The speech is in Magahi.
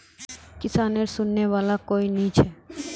किसानेर सुनने वाला कोई नी छ